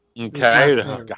okay